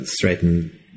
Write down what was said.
threaten